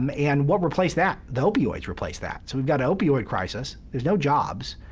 um and what replaced that? the opioids replaced that. so we've got an opioid crisis. there's no jobs.